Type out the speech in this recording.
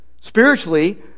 spiritually